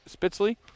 Spitzley